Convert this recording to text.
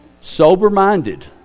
sober-minded